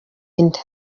inda